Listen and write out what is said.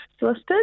listed